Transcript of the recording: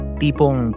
tipong